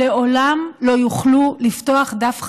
שלעולם לא יוכלו לפתוח דף חדש,